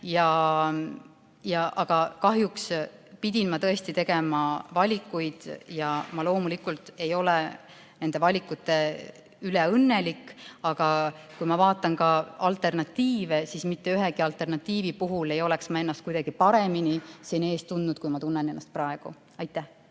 üle. Kahjuks pidin ma tõesti tegema valikuid ja ma loomulikult ei ole nende valikute üle õnnelik, aga kui ma vaatan alternatiive, siis mitte ühegi alternatiivi puhul ei oleks ma ennast kuidagi paremini siin teie ees tundnud, kui ma tunnen praegu.